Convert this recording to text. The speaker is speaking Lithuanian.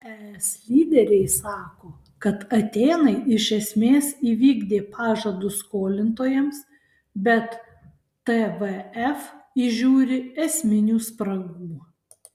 es lyderiai sako kad atėnai iš esmės įvykdė pažadus skolintojams bet tvf įžiūri esminių spragų